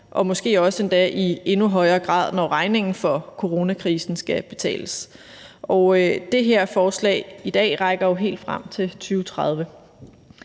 og måske endda også i endnu højere grad, når regningen for coronakrisen skal betales, og det her forslag i dag rækker jo helt frem til 2030.